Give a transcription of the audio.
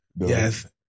Yes